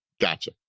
gotcha